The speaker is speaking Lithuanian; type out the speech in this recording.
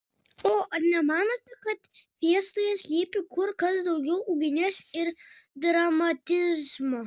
o ar nemanote kad fiestoje slypi kur kas daugiau ugnies ir dramatizmo